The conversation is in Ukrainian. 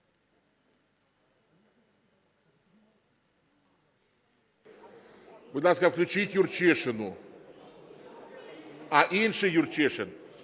Будь ласка, включіть Юрчишину. А, інший Юрчишин.